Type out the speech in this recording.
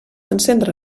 encendre